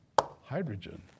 hydrogen